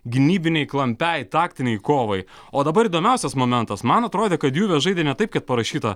gynybinei klampiai taktinei kovai o dabar įdomiausias momentas man atrodė kad juves žaidė ne taip kaip parašyta